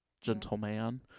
Gentleman